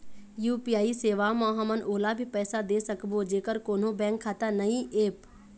UPI सेवा म हमन ओला भी पैसा दे सकबो जेकर कोन्हो बैंक खाता नई ऐप?